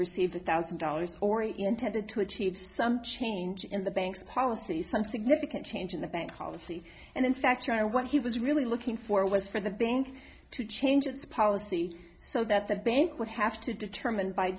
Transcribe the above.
received a thousand dollars or a intended to achieve some change in the bank's policies some significant change in the bank policy and in fact and what he was really looking for was for the bank to change its policy so that the bank would have to determine by